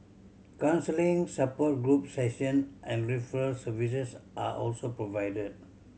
counselling support group session and referral services are also provided